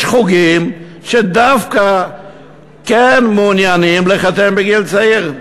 יש חוגים שדווקא כן מעוניינים לחתן בגיל צעיר.